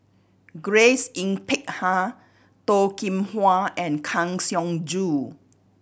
Grace Yin Peck Ha Toh Kim Hwa and Kang Siong Joo